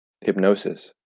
Hypnosis